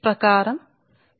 కాబట్టి కరెంట్ ఒక సందర్భం లో